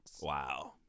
Wow